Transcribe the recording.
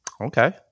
Okay